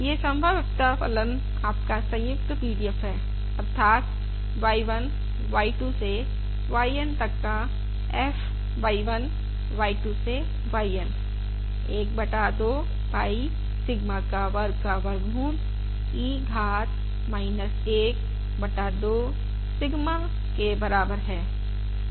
यह संभाव्यता फलन आपका संयुक्त PDF है अर्थात y 1 y 2 से yN तक का f y 1 y 2 से yN 1 बटा 2 पाई सिग्मा का वर्ग का वर्गमूल e घात 1 बटा 2 सिग्मा के बराबर है